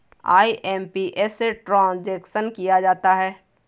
IMPS से transaction किया जाता है